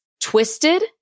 twisted